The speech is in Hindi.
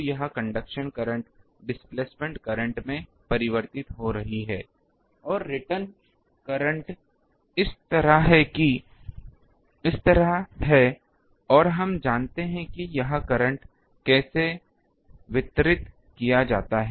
तो यह कंडक्शन करंट डिस्प्लेसमेंट करंट में परिवर्तित हो रही है और रिटर्न करंट इस तरह है और हम जानते हैं कि यह करंट कैसे वितरित किया जाता है